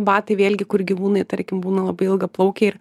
batai vėlgi kur gyvūnai tarkim būna labai ilgaplaukiai ir